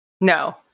No